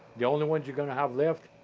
the only ones you gonna have left,